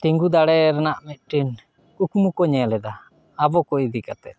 ᱛᱤᱸᱜᱩ ᱫᱟᱲᱮ ᱨᱮᱱᱟᱜ ᱢᱤᱫᱴᱮᱱ ᱠᱩᱠᱢᱩ ᱠᱚ ᱧᱮᱞᱮᱫᱟ ᱟᱵᱚ ᱠᱚ ᱤᱫᱤ ᱠᱟᱛᱮᱫ